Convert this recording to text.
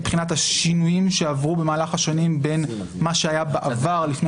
מבחינת השינויים שעברו במהלך השנים בין מה שהיה בעבר לפני